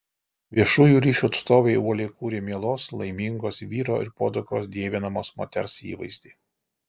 viešųjų ryšių atstovai uoliai kūrė mielos laimingos vyro ir podukros dievinamos moters įvaizdį